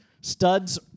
Studs